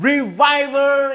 Revival